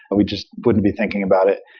but we just wouldn't be thinking about it,